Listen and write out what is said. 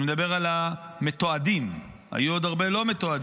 ואני מדבר על המתועדים, היו עוד הרבה לא מתועדים,